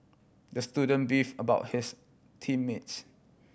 the student beefed about his team mates